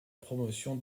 promotion